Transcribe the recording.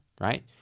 right